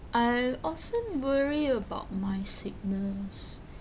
I often worry about my sickness